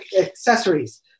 accessories